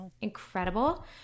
incredible